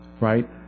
right